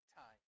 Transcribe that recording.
time